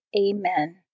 Amen